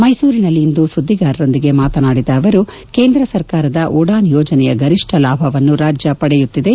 ಮೈಸೂರಿನಲ್ಲಿ ಇಂದು ಸುದ್ನಿಗಾರರೊಂದಿಗೆ ಮಾತನಾಡಿದ ಅವರು ಕೇಂದ್ರ ಸರ್ಕಾರದ ಉಡಾನ್ ಯೋಜನೆಯ ಗರಿಷ್ಠ ಲಾಭವನ್ನು ರಾಜ್ಯ ಪಡೆಯುತ್ತಿದೆ